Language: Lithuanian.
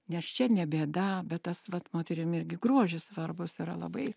nes čia ne bėda bet tas vat moterim irgi grožis svarbus yra labai